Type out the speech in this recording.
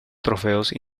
trofeos